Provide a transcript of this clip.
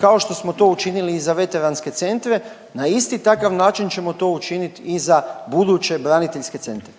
kao što smo to učinili za veteranske centre, na isti takav način ćemo to učinit i za buduće braniteljske centre.